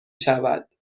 شود